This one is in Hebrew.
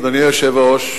אדוני היושב-ראש,